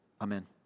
amen